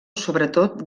sobretot